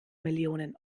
millionen